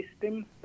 system